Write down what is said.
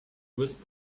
wisp